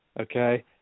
okay